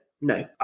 no